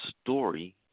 story